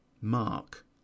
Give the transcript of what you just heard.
mark